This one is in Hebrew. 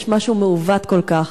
יש משהו מעוות כל כך: